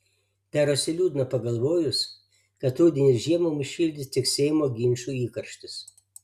darosi liūdna pagalvojus kad rudenį ir žiemą mus šildys tik seimo ginčų įkarštis